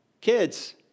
Kids